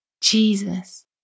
Jesus